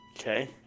okay